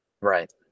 Right